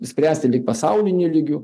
spręsti lyg pasauliniu lygiu